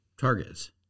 targets